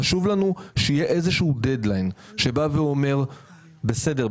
חשוב לנו שיהיה איזה שהוא דד-ליין שבא ואומר בסדר,